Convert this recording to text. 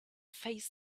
face